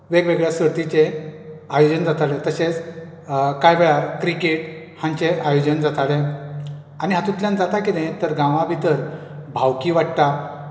वेगवेगळ्या सर्तीचे आयोजन जाताले तशेंच कांय वेळार क्रिकेट हांचे आयोजन जाताले आनी हातूंतल्यान जाता कितें तर गांवा भितर भावकी वाडटा